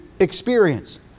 experience